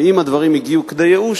ואם הדברים הגיעו כדי ייאוש,